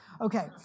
Okay